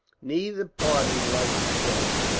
neither party liked to charge.